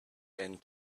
and